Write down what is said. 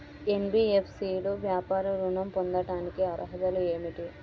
NBFC లో వ్యాపార ఋణం పొందటానికి అర్హతలు ఏమిటీ?